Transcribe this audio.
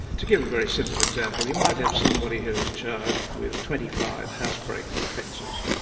to give a very simple example, you might have somebody who is charged with twenty five housebreaking offences.